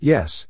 Yes